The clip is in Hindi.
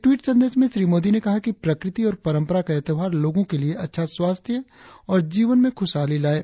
टवीट संदेश में श्री मोदी ने कहा कि प्रकृति और परम्परा का यह त्यौहार लोगो के लिए अच्छा स्वास्थ्य और जीवन में ख्रशहाली लाये